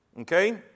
Okay